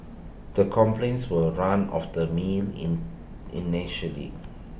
the complaints were run of the mill in initially